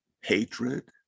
hatred